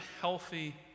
healthy